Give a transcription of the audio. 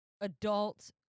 adult